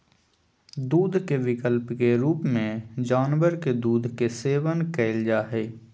दूध के विकल्प के रूप में जानवर के दूध के सेवन कइल जा हइ